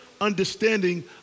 understanding